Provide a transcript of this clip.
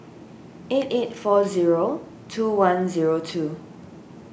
eight eight four zero two one zero two